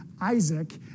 Isaac